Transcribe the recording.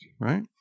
right